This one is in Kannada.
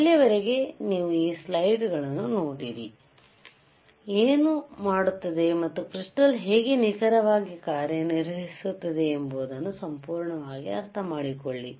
ಅಲ್ಲಿಯವರೆಗೆ ನೀವು ಈ ಸ್ಲೈಡ್ ಗಳನ್ನು ನೋಡಿರಿ ಏನು ಮಾಡುತ್ತದೆ ಮತ್ತು ಕ್ರಿಸ್ಟಾಲ್ ಹೇಗೆ ನಿಖರವಾಗಿ ಕಾರ್ಯನಿರ್ವಹಿಸುತ್ತದೆ ಎಂಬುದನ್ನು ಸಂಪೂರ್ಣವಾಗಿ ಅರ್ಥಮಾಡಿಕೊಳ್ಳಿ